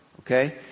okay